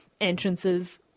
entrances